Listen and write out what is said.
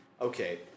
Okay